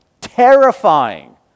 terrifying